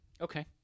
okay